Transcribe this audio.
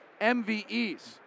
MVEs